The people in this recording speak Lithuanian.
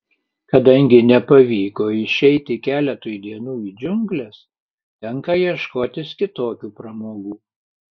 kadangi nepavyko išeiti keletui dienų į džiungles tenka ieškotis kitokių pramogų